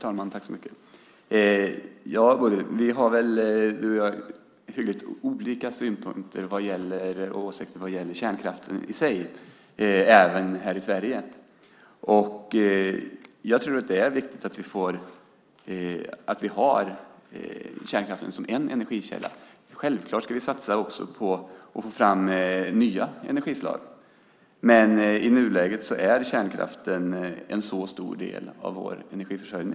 Fru talman! Bodil Ceballos och jag har nog ganska olika åsikter vad gäller kärnkraften i sig, alltså även i Sverige. Jag tror att det är viktigt att vi har kärnkraft som en energikälla, men självklart ska vi också satsa på att få fram nya energislag. I nuläget är dock kärnkraften en stor del av vår energiförsörjning.